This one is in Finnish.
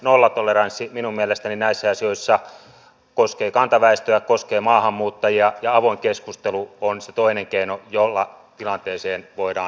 nollatoleranssi minun mielestäni näissä asioissa koskee kantaväestöä se koskee maahanmuuttajia ja avoin keskustelu on se toinen keino jolla tilanteeseen voidaan puuttua